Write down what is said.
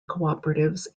cooperatives